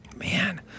Man